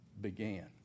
began